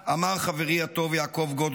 אמר חברי הטוב יעקב גודו,